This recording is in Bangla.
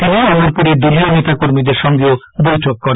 তিনি অমরপুরে দলীয় নেতা কর্মীদের সাখেও বৈঠক করেন